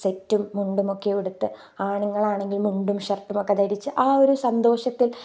സെറ്റും മുണ്ടുമൊക്കെ ഉടുത്ത് ആണുങ്ങളാണെങ്കിൽ മുണ്ടും ഷർട്ടുമൊക്കെ ധരിച്ച് ആ ഒരു സന്തോഷത്തിൽ